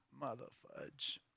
Motherfudge